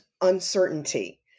uncertainty